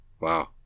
Wow